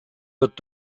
wird